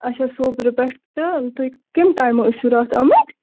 اَچھا سوپرٕ پٮ۪ٹھ تہٕ تُہۍ کَمہِ ٹایمہٕ ٲسوٕ راتھ آمٕتۍ